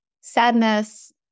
sadness